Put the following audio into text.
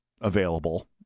available